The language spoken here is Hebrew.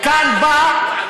וכאן בא,